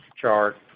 chart